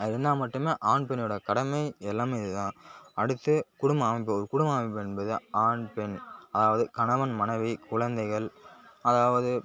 அது இருந்தால் மட்டுமே ஆண் பெண்ணோட கடமை எல்லாமே இது தான் அடுத்து குடும்ப அமைப்பு ஒரு குடும்ப அமைப்பு என்பது ஆண் பெண் அதாவது கணவன் மனைவி குழந்தைகள் அதாவது